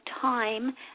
time